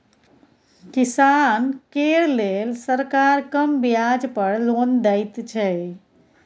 किसान केर लेल सरकार कम ब्याज पर लोन दैत छै